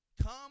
Come